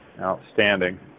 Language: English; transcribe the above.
Outstanding